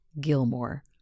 Gilmore